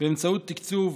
באמצעות תקצוב,